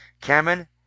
Cameron